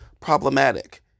problematic